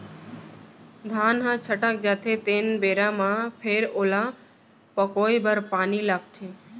धान ह छटक जाथे तेन बेरा म फेर ओला पकोए बर पानी लागथे